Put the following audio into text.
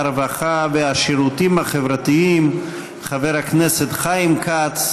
הרווחה והשירותים החברתיים חבר הכנסת חיים כץ